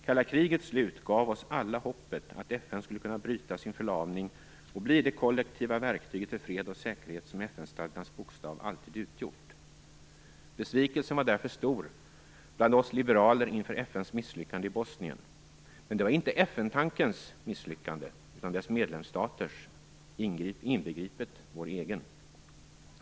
Kalla krigets slut gav oss alla hoppet att FN skulle kunna bryta sin förlamning och bli det kollektiva verktyg för fred och säkerhet som FN-stadgans bokstav alltid utgjort. Besvikelsen var därför stor bland oss liberaler över FN:s misslyckande i Bosnien. Men det var inte FN-tankens misslyckande utan dess medlemsstaters, inbegripet vår egen.